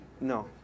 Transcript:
No